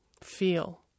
feel